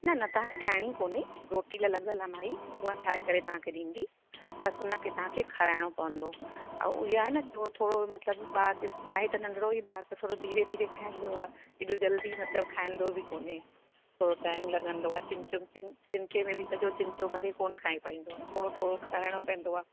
न न तव्हांखे ठाहिणी कोन्हे रोटी लाइ लॻलि आहे माई उहा ठाहे करे तव्हांखे ॾींदी बसि उन खे तव्हांखे खाराइणो पवंदो ऐं इहो आहे न उहो थोरो मतिलबु ॿार जे आहे त नंढिड़ो ई ॿारु त थोरो धीरे धीरे खाईंदो आहे एॾो जल्दी मतिलबु खाईंदो बि कोन्हे थोरो टाइम लॻंदो आहे चिम चिम चिम चमचे में बि सॼो चमचो भरे कोन खाए पाईंदो आहे थोरो थोरो खाराइणो पवंदो आहे